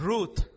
Ruth